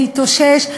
להתאושש,